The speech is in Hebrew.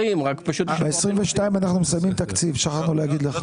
ב-22 אנחנו מסיימים תקציב, שכחנו להגיד לך.